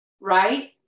right